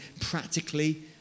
practically